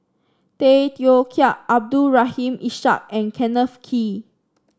Tay Teow Kiat Abdul Rahim Ishak and Kenneth Kee